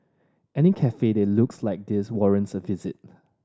any cafe that looks like this warrants a visit